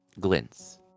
glints